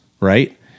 right